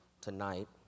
tonight